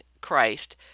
Christ